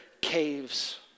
caves